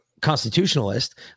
constitutionalist